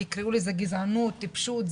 יקראו לזה גזענות, טיפשות.